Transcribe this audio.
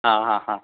ആ ആ ഹാ